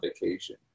vacation